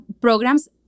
programs